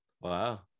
Wow